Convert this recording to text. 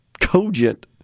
cogent